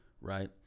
right